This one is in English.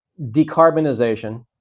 decarbonization